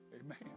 Amen